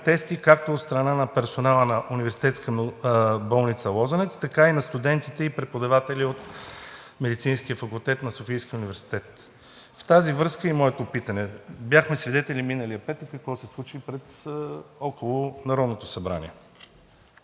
протести както от страна на персонала на Университетска болница „Лозенец“, така и на студентите и преподавателите от Медицинския факултет на Софийския университет. В тази връзка е и моето питане – бяхме свидетели миналия петък какво се случи около Народното събрание.